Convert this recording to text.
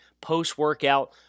post-workout